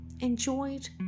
enjoyed